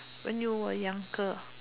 when you were younger